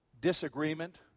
disagreement